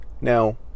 Now